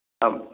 आम्